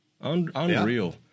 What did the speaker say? Unreal